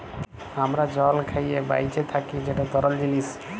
আমরা জল খাঁইয়ে বাঁইচে থ্যাকি যেট তরল জিলিস